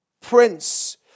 prince